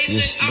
Yes